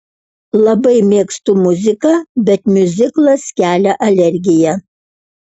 labai mėgstu muziką bet miuziklas kelia alergiją